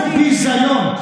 הוא ביזיון,